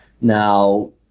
Now